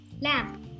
lamp